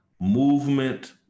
movement